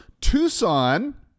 Tucson